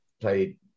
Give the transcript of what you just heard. played